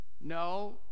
no